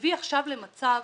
הביא עכשיו למצב